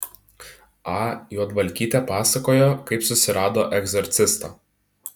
a juodvalkytė pasakojo kaip susirado egzorcistą